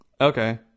Okay